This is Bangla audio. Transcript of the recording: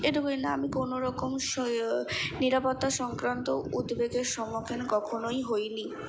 এটুকুই না আমি কোনো রকম শোয় নিরাপত্তা সংক্রান্ত উদ্বেগের সম্মুখীন কখনোই হই নি